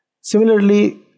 Similarly